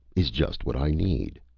is just what i need.